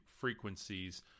frequencies